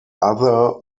other